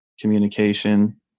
communication